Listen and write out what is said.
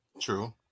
True